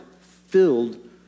filled